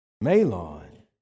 Malon